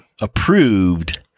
approved